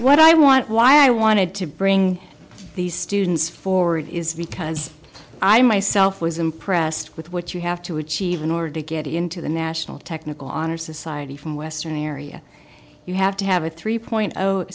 what i want why i wanted to bring these students forward is because i myself was impressed with what you have to achieve in order to get into the national technical honor society from western area you have to have a three point